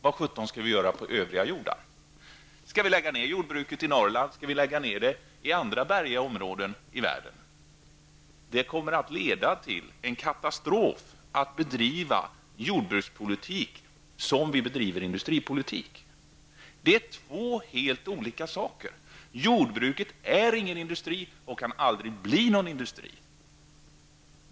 Vad sjutton skall man göra med övriga jordar? Skall jordbruket i Norrland och i andra bergiga områden i världen läggas ned? Att bedriva jordbrukspolitik på samma sätt som man bedriver industripolitik kommer att leda till en katastrof. Det här handlar om två helt olika saker. Jordbruket är ingen och kan aldrig bli någon industri.